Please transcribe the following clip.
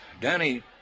Danny